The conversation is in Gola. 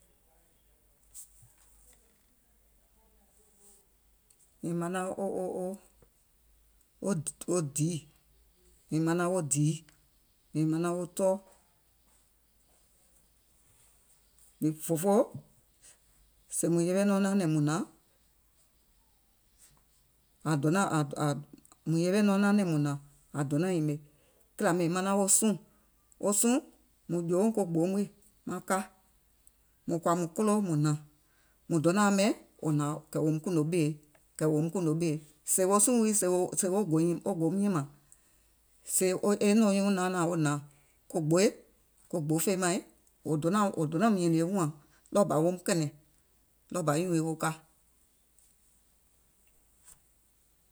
Mìŋ maŋ o o o wo diì, mìŋ manaŋ wò dìii, mìŋ manaŋ wo tɔɔ, fòfoo, sèèùm yewe nɔŋ nɛnɛ̀ŋ mùŋ hnàŋ, à à à mùŋ yewe nɔŋ nɛnɛ̀ŋ mùŋ hnàŋ, àŋ donàŋ nyìmè, kìlà mìŋ manaŋ wo suùŋ. Wo suùŋ, mùŋ jòoùŋ ko gboo muìŋ maŋ ka, mùŋ kɔ̀àùm koloò mùŋ hnàŋ, mùŋ do nàuŋ mɛɛ̀ŋ kɛ̀ wò hnàŋ kɛ̀ wòum kùùnò ɓèèe, kɛ̀ wòum kùùnò ɓèèe. Sèè wo suùŋ wii sèè sèè sèè wo gòum nyìmàŋ, sèè e nɔ̀ŋ wo nyuùŋ naanààŋ wo hnàŋ ko gbooì, ko gboo fèemàiŋ, wò do nàŋ wò do nàum nyìnìè wɔ̀àŋ, ɔ̀ɔ̀ woum kɛ̀nɛ̀ŋ, ɗɔɔ bà nyùùŋ wii wo ka.